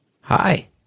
Hi